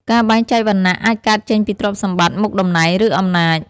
ការបែងចែកវណ្ណៈអាចកើតចេញពីទ្រព្យសម្បត្តិ មុខតំណែង ឬអំណាច។